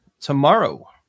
tomorrow